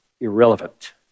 irrelevant